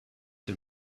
den